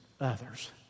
others